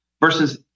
versus